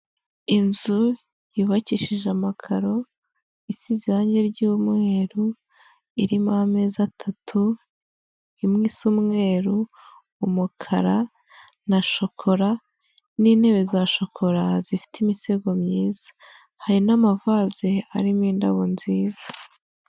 Inzu yubakishije amakaro isize irange ry'umweru irimo ameza atatu imwe isa umweru, umukara na shokora n'intebe za shokora zifite imisego myiza, hari n'amavaze arimo indabo nziza.